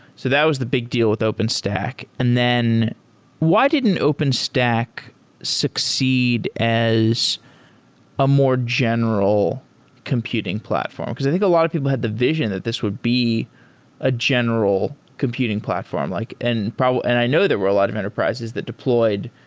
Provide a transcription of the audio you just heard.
so that was the big deal with openstack. and then why didn't openstack succeed as a more general computing platform? because i think a lot of people had the vision that this would be a general computing platform. like and and i know there were a lot of enterprises that deployed